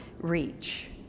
reach